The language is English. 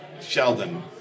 Sheldon